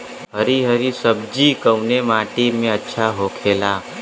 हरी हरी सब्जी कवने माटी में अच्छा होखेला?